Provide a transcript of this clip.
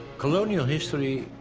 colonial history,